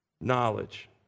knowledge